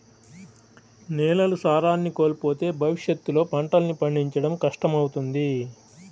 నేలలు సారాన్ని కోల్పోతే భవిష్యత్తులో పంటల్ని పండించడం కష్టమవుతుంది